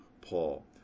Paul